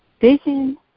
Vision